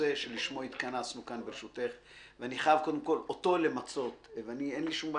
נושא שלשמו התכנסנו כאן ואני חייב למצות את העניין.